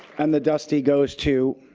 and the dusty goes to